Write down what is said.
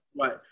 right